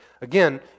Again